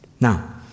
Now